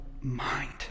mind